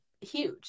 huge